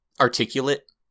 articulate